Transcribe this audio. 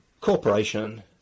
corporation